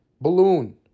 balloon